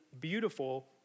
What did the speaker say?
beautiful